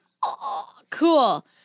cool